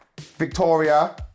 Victoria